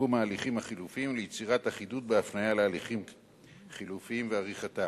תחום ההליכים החלופיים וליצירת אחידות בהפניה להליכים חלופיים ובעריכתם.